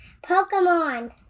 Pokemon